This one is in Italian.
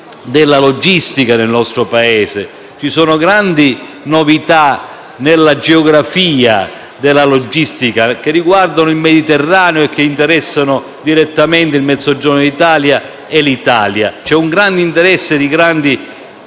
della logistica nel nostro Paese. Ci sono grandi novità nella geografia della logistica, che riguardano il Mediterraneo e che interessano direttamente il Mezzogiorno d'Italia e l'Italia. C'è un grande interesse di grandi